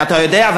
ואתה יודע,